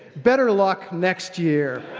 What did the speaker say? better luck next year.